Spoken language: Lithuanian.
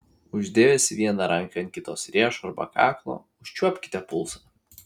uždėjusi vieną ranką ant kitos riešo arba kaklo užčiuopkite pulsą